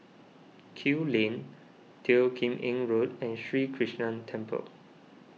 Kew Lane Teo Kim Eng Road and Sri Krishnan Temple